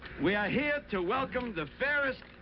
we are here to welcome the fairest.